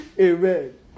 Amen